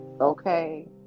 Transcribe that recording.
Okay